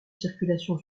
circulation